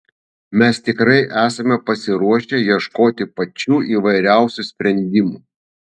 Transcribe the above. mes tikrai esame pasiruošę ieškoti pačių įvairiausių sprendimų